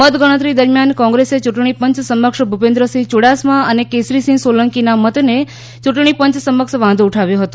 મતગણતરી દરમિયાન કોંગ્રેસે યૂંટણી પંચ સમક્ષ ભુપેન્દ્રસિંહ યુડાસમા અને કેસરીસિંહ સોલંકીના મતને ચૂંટણીપંચ સમક્ષ વાંધો ઉઠાવ્યો છે